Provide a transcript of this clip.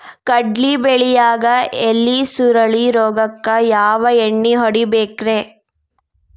ಕಡ್ಲಿ ಬೆಳಿಯಾಗ ಎಲಿ ಸುರುಳಿ ರೋಗಕ್ಕ ಯಾವ ಎಣ್ಣಿ ಹೊಡಿಬೇಕ್ರೇ?